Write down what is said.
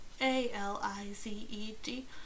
A-L-I-Z-E-D